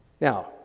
Now